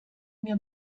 mir